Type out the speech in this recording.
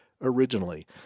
originally